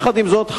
יחד עם זאת,